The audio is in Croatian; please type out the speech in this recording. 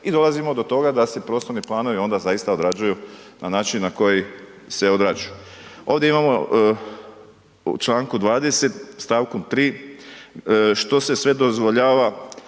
i dolazimo do toga da se prostorni planovi onda zaista odrađuju na način na koji se odrađuju. Ovdje imamo u čl. 20. st. 3. što se sve dozvoljava,